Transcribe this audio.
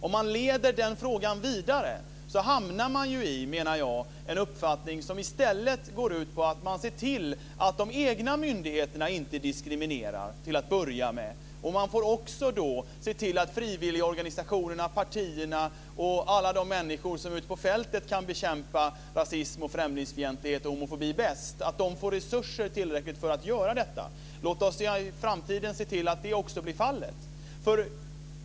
Om man leder den frågan vidare hamnar man i, menar jag, en uppfattning som i stället går ut på att man ser till att de egna myndigheterna till att börja med inte diskriminerar. Man får då också se till att frivilligorganisationer, partierna och alla de människor som ute på fältet kan bekämpa rasism, främlingsfientlighet och homofobi bäst får tillräckligt med resurser för göra detta. Låt oss i framtiden se till att det också blir fallet.